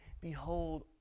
Behold